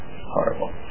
horrible